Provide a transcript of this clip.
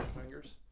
fingers